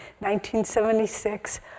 1976